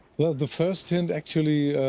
well, the first hint actually,